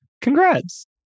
Congrats